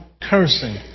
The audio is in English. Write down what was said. cursing